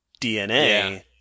DNA